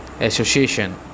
association